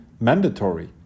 mandatory